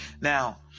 now